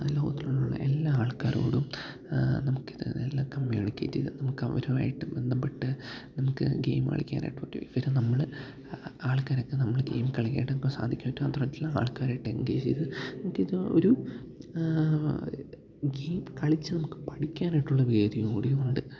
ലോകത്തിലുള്ള എല്ലാ ആൾക്കാരോടും നമുക്കിത് എല്ലാം കമ്മ്യൂണിക്കേറ്റ് ചെയ്ത് നമുക്ക് അവരുമായിട്ട് ബന്ധപ്പെട്ട് നമുക്ക് ഗെയിം കളിക്കാനായിട്ട് പറ്റും ഇവര് നമ്മള് ആൾക്കാരൊക്കെ നമ്മള് ഗെയിം കളിക്കാനായിട്ട് നമുക്കു സാധിക്ക്മം അതു മാത്രമല്ല ആൾക്കാരായിട്ട് എൻഗേജ് ചെയ്ത് നമുക്കിത് ഒരു ഗെയിം കളിച്ച് നമുക്ക് പഠിക്കാനായിട്ടുള്ള വേദിയും കൂടി ഉണ്ട്